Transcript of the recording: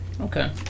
Okay